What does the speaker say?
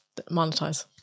Monetize